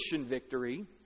victory